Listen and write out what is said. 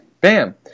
Bam